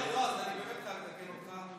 יועז, יועז, אני באמת חייב לתקן אותך.